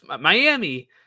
Miami